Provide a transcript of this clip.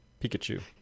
Pikachu